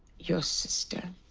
your sister.